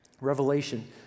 Revelation